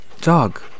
Dog